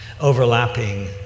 overlapping